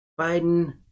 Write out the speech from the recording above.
Biden